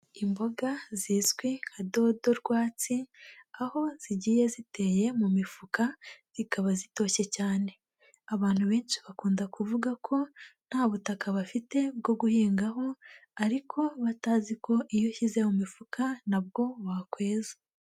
Imboga zizwi nka dodo rwatsi aho zigiye ziteye mu mifuka zikaba zitoshye cyane, abantu benshi bakunda kuvuga ko nta butaka bafite bwo guhingaho ariko batazi ko iyo ushyize mu mifuka na bwo wakweza.